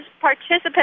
participants